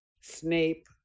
Snape